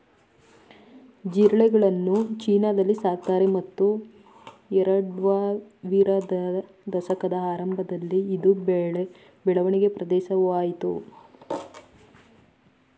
ಜಿರಳೆಗಳನ್ನು ಚೀನಾದಲ್ಲಿ ಸಾಕ್ತಾರೆ ಮತ್ತು ಎರಡ್ಸಾವಿರದ ದಶಕದ ಆರಂಭದಲ್ಲಿ ಇದು ಬೆಳವಣಿಗೆ ಪ್ರದೇಶವಾಯ್ತು